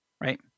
right